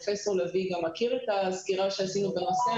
פרופ' לביא גם מכיר את הסקירה שעשינו בנושא,